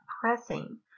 pressing